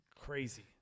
crazy